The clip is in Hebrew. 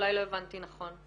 אולי לא הבנתי נכון.